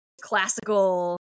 classical